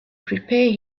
prepare